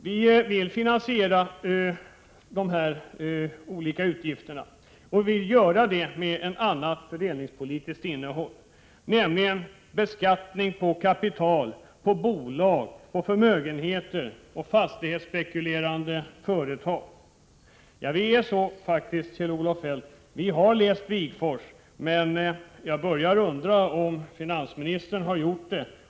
Vi' vill finansiera de olika utgifterna och ge vår politik ett annat fördelningspolitiskt innehåll, nämligen beskattning av kapital, bolag, förmögenheter och fastighetsspekulerande företag. Vi har faktiskt, Kjell-Olof Feldt, läst Wigforss. Men jag börjar undra om finansministern har gjort det.